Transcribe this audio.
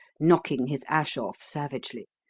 knocking his ash off savagely,